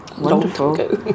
wonderful